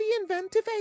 inventive